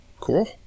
Cool